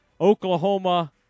Oklahoma